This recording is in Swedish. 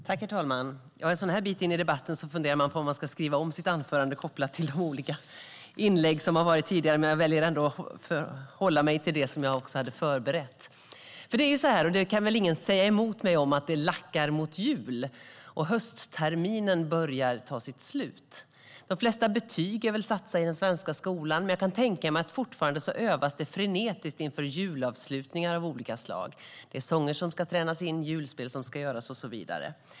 Herr talman! En sådan här bit in i debatten funderar man på om man ska skriva om sitt anförande kopplat till de olika inlägg som har gjorts tidigare. Jag väljer dock att hålla mig till det jag har förberett. Ingen kan väl säga emot mig när jag påstår att det lackar mot jul och att höstterminen börjar lida mot sitt slut. De flesta betyg är väl satta i den svenska skolan, men jag kan tänka mig att det fortfarande övas frenetiskt inför julavslutningar av olika slag. Det är sånger som ska tränas in, julspel som ska göras och så vidare.